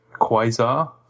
Quasar